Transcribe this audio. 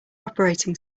operating